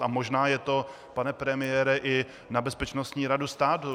A možná je to, pane premiére, i na Bezpečnostní radu státu.